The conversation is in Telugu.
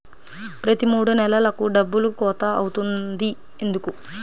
ప్రతి మూడు నెలలకు డబ్బులు కోత అవుతుంది ఎందుకు?